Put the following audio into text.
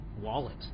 wallet